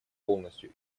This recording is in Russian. полностью